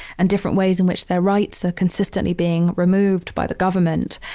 and different ways in which their rights are consistently being removed by the government.